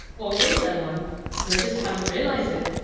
or is there one, and i just haven't realized it?